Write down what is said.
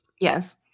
yes